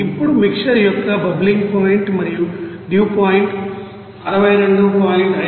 ఇప్పుడు మిక్సర్ యొక్క bubbling point మరియు డ్యూ పాయింట్ 62